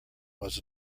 was